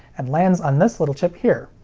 and lands on this little chip here.